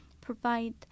provide